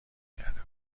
کرده